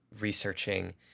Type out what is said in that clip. researching